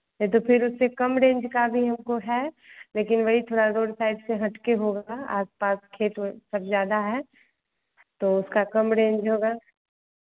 नहीं तो फिर उससे कम रेंज का भी हमको है लेकिन वही थोड़ा रोड साइड से हटके होगा आस पास खेत वो सब ज़्यादा है तो उसका कम रेंज होगा